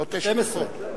זה עוד תשע דקות.